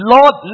Lord